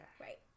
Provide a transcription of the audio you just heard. right